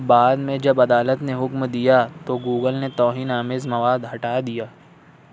بعد میں جب عدالت نے حکم دیا تو گوگل نے توہین آمیز مواد ہٹا دیا